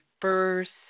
first